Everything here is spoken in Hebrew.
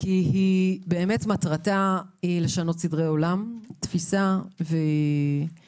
כי מטרתה לשנות סדרי עולם, תפיסה והתנהלות